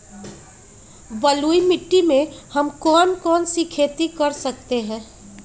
बलुई मिट्टी में हम कौन कौन सी खेती कर सकते हैँ?